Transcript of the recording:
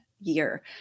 year